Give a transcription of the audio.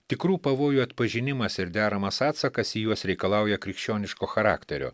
tikrų pavojų atpažinimas ir deramas atsakas į juos reikalauja krikščioniško charakterio